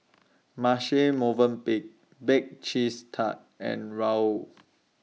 Marche Movenpick Bake Cheese Tart and Raoul